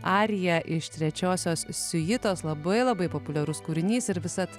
arija iš trečiosios siuitos labai labai populiarus kūrinys ir visad